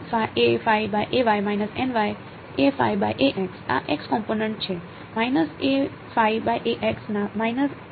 આ X component છે